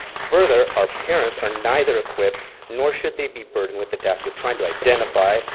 further, our parents are neither equipped, nor should they be burdened, with the task of trying to identify,